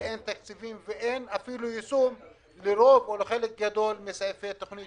ואין תקציבים ואין אפילו יישום של רוב או חלק גדול מסעיפי תוכנית